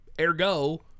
Ergo